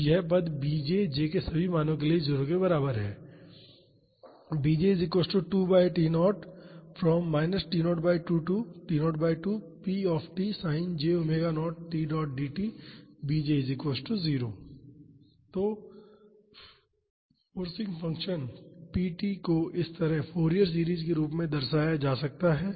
तो यह पद bj j के सभी मानों के लिए 0 के बराबर है तो फोर्सिंग फ़ंक्शन p t को इस तरह फॉरिएर सीरीज के रूप में दर्शाया जा सकता है